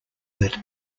that